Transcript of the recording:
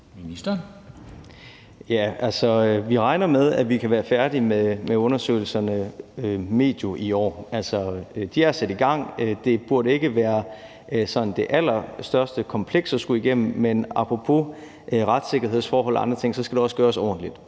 Vi regner med, at vi kan være færdige med undersøgelserne medio i år. Altså, de er sat i gang, og det burde ikke være det allerstørste kompleks at skulle igennem, men apropos retssikkerhedsforhold og andre ting skal det også gøres ordentligt.